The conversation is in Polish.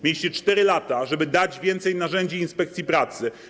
Mieliście 4 lata, żeby dać więcej narzędzi inspekcji pracy.